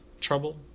trouble